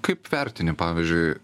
kaip vertini pavyzdžiui